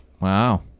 Wow